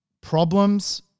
problems